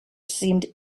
seemed